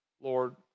Lord